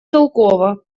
целкова